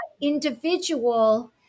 individual